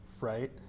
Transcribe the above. right